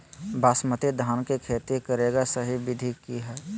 बासमती धान के खेती करेगा सही विधि की हय?